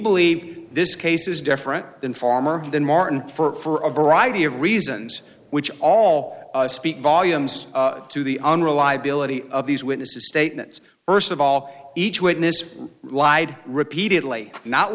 believe this case is different than farmer than martin for a variety of reasons which all speak volumes to the unreliability of these witnesses statements first of all each witness lied repeatedly not